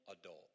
adult